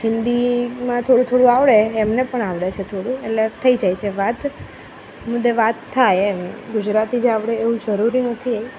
હિન્દીમાં થોડું થોડું આવડે એમને પણ આવડે છે થોડું એટલે થઈ જાય છે એમ વાત મુદ્દે વાત થાય એમ ગુજરાતી જ આવડે એવું જરૂરી નથી